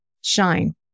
shine